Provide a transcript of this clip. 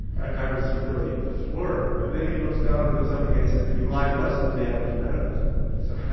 i was really floored and then he looks down and looks up again and says but you lie less than the average medical student. so